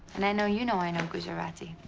and i know you know i know gujarati.